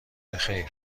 بخیر